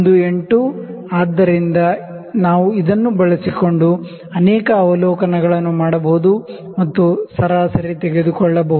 18 ಆದ್ದರಿಂದ ನಾವು ಇದನ್ನು ಬಳಸಿಕೊಂಡು ಅನೇಕ ಅವಲೋಕನಗಳನ್ನು ಮಾಡಬಹುದು ಮತ್ತು ಸರಾಸರಿ ತೆಗೆದುಕೊಳ್ಳಬಹುದು